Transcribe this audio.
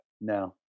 No